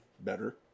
better